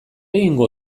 egingo